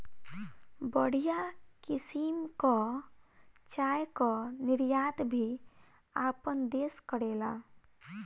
बढ़िया किसिम कअ चाय कअ निर्यात भी आपन देस करेला